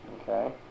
Okay